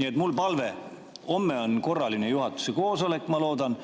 Mul on palve. Homme on korraline juhatuse koosolek, ma loodan.